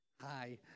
hi